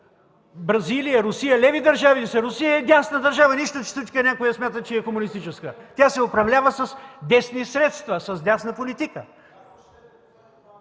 Бразилия, Русия леви държави ли са? Русия е дясна държава, нищо че някои смятат, че е комунистическа! Тя се управлява с десни средства, с дясна политика!